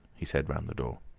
he said round the door.